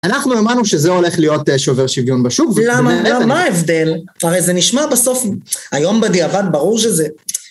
אנחנו אמרנו שזה הולך להיות שובר שוויון בשוק. למה? מה ההבדל? הרי זה נשמע בסוף, היום בדיעבד ברור שזה.